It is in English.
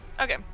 Okay